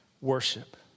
worship